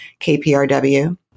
KPRW